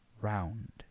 round